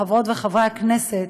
חברות וחברי הכנסת,